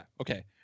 okay